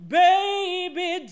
baby